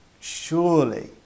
surely